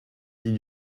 dit